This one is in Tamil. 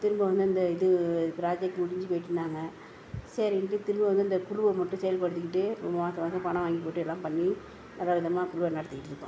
திரும்ப வந்து அந்த இது புராஜெக்ட் முடிஞ்சு போயிட்டுன்னாங்க சரின்ட்டு திரும்ப வந்து இந்த குழுவை மட்டும் செயல்படுத்திக்கிட்டு மாதம் மாதம் பணம் வாங்கி போட்டு எல்லாம் பண்ணி நல்லவிதமாக குழுவை நடத்திகிட்ருக்கோம்